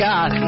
God